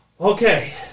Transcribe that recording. Okay